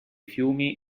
fiumi